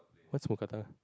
what's Mookata